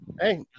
Hey